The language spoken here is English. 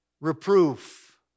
reproof